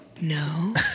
no